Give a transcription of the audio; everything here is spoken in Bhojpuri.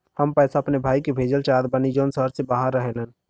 हम पैसा अपने भाई के भेजल चाहत बानी जौन शहर से बाहर रहेलन